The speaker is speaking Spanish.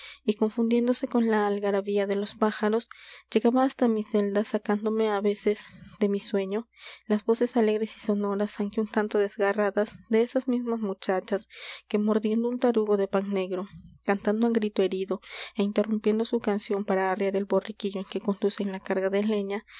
y confundiéndose con la algarabía de los pájaros llegaban hasta mi celda sacándome á veces de mi sueño las voces alegres y sonoras aunque un tanto desgarradas de esas mismas muchachas que mordiendo un tarugo de pan negro cantando á grito herido é interrumpiendo su canción para arrear el borriquillo en que conducen la carga de leña